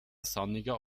sonniger